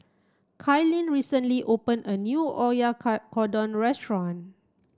Kailyn recently open a new restaurant